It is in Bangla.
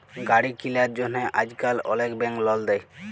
গাড়ি কিলার জ্যনহে আইজকাল অলেক ব্যাংক লল দেই